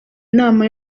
inama